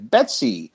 Betsy